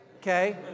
okay